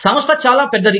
సంస్థ చాలా పెద్దది